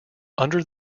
under